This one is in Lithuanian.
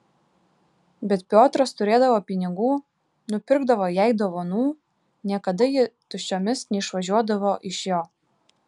bet piotras turėdavo pinigų nupirkdavo jai dovanų niekada ji tuščiomis neišvažiuodavo iš jo